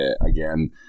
again